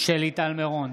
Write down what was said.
שלי טל מירון,